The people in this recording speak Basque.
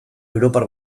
europar